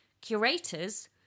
curators